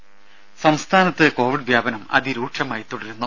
ദേദ സംസ്ഥാനത്ത് കോവിഡ് വ്യാപനം അതിരൂക്ഷമായി തുടരുന്നു